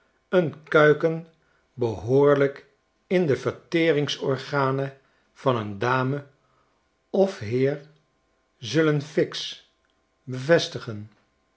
een kuiken behoorlijk in de verteringsorganen van een dame of heer zullen fix